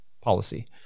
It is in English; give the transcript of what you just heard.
policy